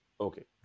Okay